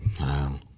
Wow